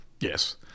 Yes